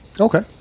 Okay